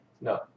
no